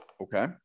okay